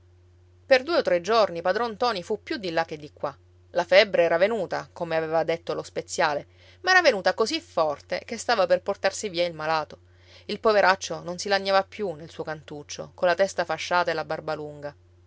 per due o tre giorni padron ntoni fu più di là che di qua la febbre era venuta come aveva detto lo speziale ma era venuta così forte che stava per portarsi via il malato il poveraccio non si lagnava più nel suo cantuccio colla testa fasciata e la barba lunga